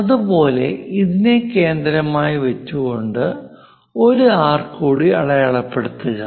അതുപോലെ ഇതിനെ കേന്ദ്രമായി വെച്ചുകൊണ്ട് ഒരു ആർക്ക് കൂടി അടയാളപ്പെടുത്തുക